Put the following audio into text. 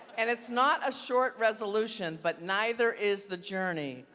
and it's not a short resolution, but neither is the journey.